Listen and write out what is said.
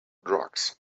drugs